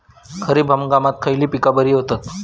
खरीप हंगामात खयली पीका बरी होतत?